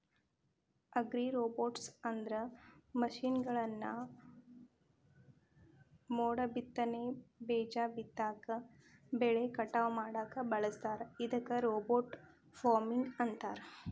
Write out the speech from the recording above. ಅಗ್ರಿರೋಬೊಟ್ಸ್ಅಂದ್ರ ಮಷೇನ್ಗಳನ್ನ ಮೋಡಬಿತ್ತನೆ, ಬೇಜ ಬಿತ್ತಾಕ, ಬೆಳಿ ಕಟಾವ್ ಮಾಡಾಕ ಬಳಸ್ತಾರ ಇದಕ್ಕ ರೋಬೋಟ್ ಫಾರ್ಮಿಂಗ್ ಅಂತಾರ